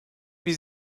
bir